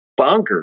bonkers